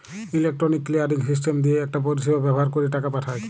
electronic clearing system দিয়ে একটা পরিষেবা ব্যাভার কোরে টাকা পাঠায়